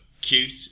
cute